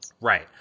Right